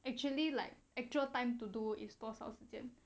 actually like actual time to do is 多少时间